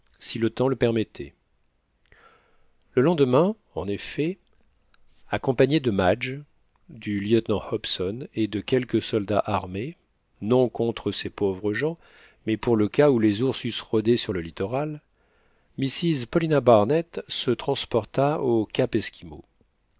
si le temps le permettait le lendemain en effet accompagnée de madge du lieutenant hobson et de quelques soldats armés non contre ces pauvres gens mais pour le cas où les ours eussent rôdé sur le littoral mrs paulina barnett se transporta au cap